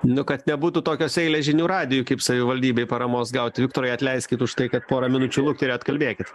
nu kad nebūtų tokios eilės žinių radijuj kaip savivaldybei paramos gauti viktorai atleiskit už tai kad pora minučių lukterėjot kalbėkit